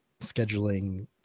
scheduling